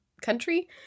country